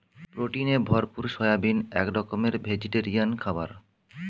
প্রোটিনে ভরপুর সয়াবিন এক রকমের ভেজিটেরিয়ান খাবার